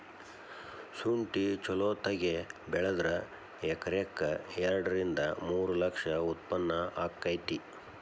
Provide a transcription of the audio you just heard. ಸುಂಠಿ ಚಲೋತಗೆ ಬೆಳದ್ರ ಎಕರೆಕ ಎರಡ ರಿಂದ ಮೂರ ಲಕ್ಷ ಉತ್ಪನ್ನ ಅಕೈತಿ